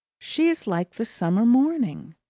she is like the summer morning.